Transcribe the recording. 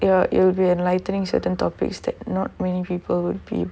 your it'll be enlightening certain topics that not many people would be